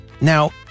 Now